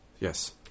yes